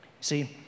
See